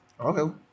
Okay